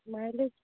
mileage